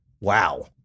wow